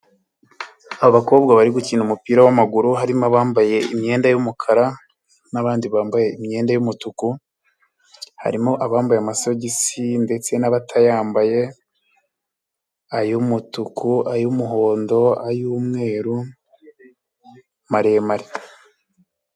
Abakobwa barimo gukina umupira w'amaguru harimo abambaye imyenda y'umukara, n'abandi bambaye imyenda y'umutuku harimo abambaye amasogisi ndetse n'abatayambaye, ay'umutuku ay'umuhondo ay'umweru maremare.